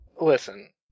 Listen